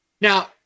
Now